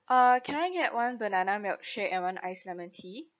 uh can I get one banana milkshake and one ice lemon tea